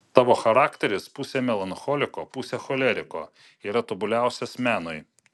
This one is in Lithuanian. tavo charakteris pusė melancholiko pusė choleriko yra tobuliausias menui